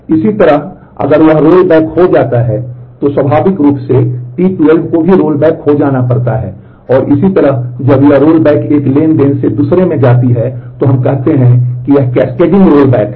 इसी तरह अगर वह रोलबैक हो जाता है तो स्वाभाविक रूप से T12 को भी रोलबैक हो जाना पड़ता है और इसी तरह जब यह रोलबैक एक ट्रांज़ैक्शन से दूसरे में जाती है तो हम कहते हैं कि यह कैस्केडिंग रोलबैक है